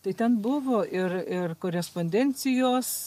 tai ten buvo ir ir korespondencijos